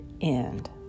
end